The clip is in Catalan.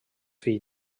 fill